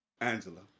Angela